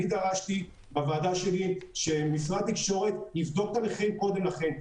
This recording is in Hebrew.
אני דרשתי בוועדה שלי שמשרד התקשורת יבדוק את המחירים קודם לכן,